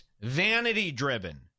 Vanity-driven